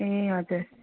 ए हजुर